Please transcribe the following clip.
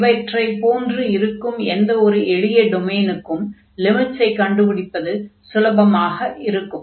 இவற்றைப் போன்று இருக்கும் எந்த ஒரு எளிய டொமைனுக்கும் லிமிட்ஸை கண்டுபிடிப்பது சுலபமாக இருக்கும்